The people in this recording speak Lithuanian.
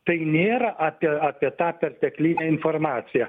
tai nėra apie apie tą perteklinę informaciją